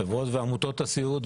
חברות ועמותות הסיעוד,